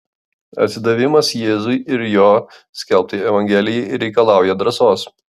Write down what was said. atsidavimas jėzui ir jo skelbtai evangelijai reikalauja drąsos